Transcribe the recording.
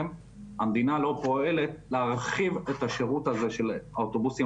המדינה לא פועלת להרחיב את השירות הזה של האוטובוסים